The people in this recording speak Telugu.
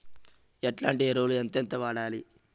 ఎట్లాంటి ఎరువులు ఎంతెంత వాడాలి?